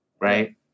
right